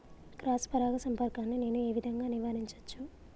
Cross పరాగ సంపర్కాన్ని నేను ఏ విధంగా నివారించచ్చు?